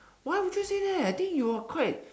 why would you say that I think you're quite